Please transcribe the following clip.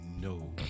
No